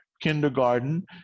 kindergarten